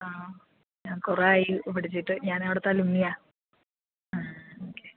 ആ ഞാൻ കുറേയായി പഠിച്ചിട്ട് ഞാൻ അവിടുത്തെ അലുമിനിയാണ് ആ ഓക്കെ